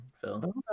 Phil